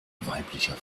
weiblicher